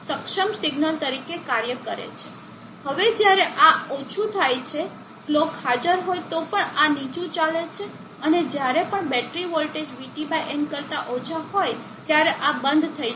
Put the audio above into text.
હવે જ્યારે આ ઓછું થાય છે કલોક હાજર હોય તો પણ આ નીચું ચાલે છે અને જ્યારે પણ બેટરી વોલ્ટેજ VTn કરતા ઓછા હોય ત્યારે આ બંધ થઈ જશે